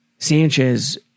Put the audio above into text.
Sanchez